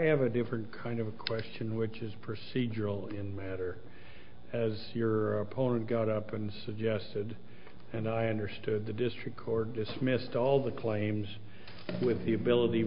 have a different kind of question which is procedural in matter as your opponent got up and suggested and i understood the district court dismissed all the claims with the ability